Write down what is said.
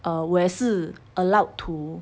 err 我也是 allowed to